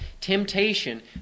temptation